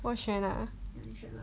我选 ah